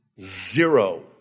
Zero